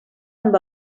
amb